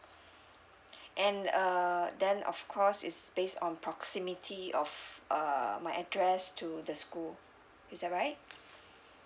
and uh then of course it's based on proximity of uh my address to the school is that right